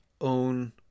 own